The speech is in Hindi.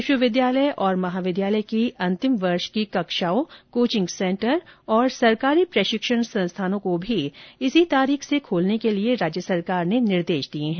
विश्वविद्यालय और महाविद्यालय की अन्तिम वर्ष की कक्षाओं कोचिंग सेन्टर तथा सरकारी प्रशिक्षण संस्थानों को भी इसी तारीख से खोलने के लिए राज्य सरकार ने निर्देश दे दिए हैं